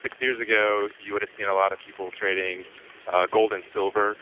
six years ago, you would have seen a lot of people trading gold and silver.